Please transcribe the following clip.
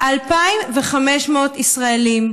2,500 ישראלים,